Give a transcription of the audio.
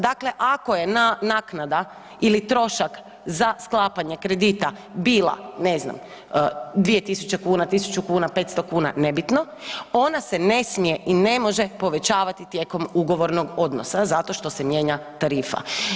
Dakle ako je naknada ili trošak za sklapanje kredita bila ne znam, 2000, 1000 kn, 500 kn, nebitno, ona se ne smije i ne može povećati tijekom ugovornog odnosa zato što se mijenja tarifa.